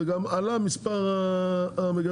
וגם עלה מספר המגדלים,